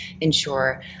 ensure